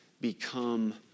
become